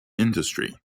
industry